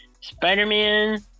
Spider-Man